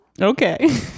okay